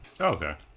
Okay